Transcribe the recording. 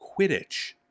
Quidditch